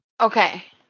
Okay